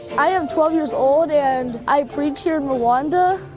i am twelve years old and i preach here in rwanda.